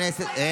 לא,